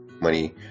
money